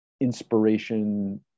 inspiration